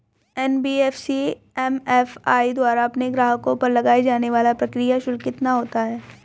NBFC MFI द्वारा अपने ग्राहकों पर लगाए जाने वाला प्रक्रिया शुल्क कितना होता है?